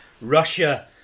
Russia